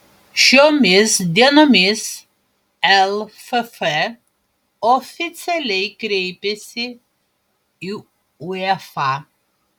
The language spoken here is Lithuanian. šiomis dienomis lff oficialiai kreipėsi į uefa